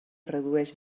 redueix